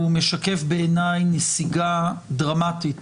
הוא משקף בעיניי נסיגה דרמטית